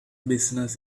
business